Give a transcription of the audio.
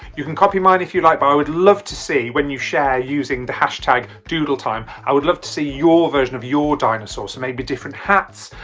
you can copy mine if you like but i would love to see when you share using the hashtag doodletime, i would love to see your version of your dinosaur, so maybe different hats,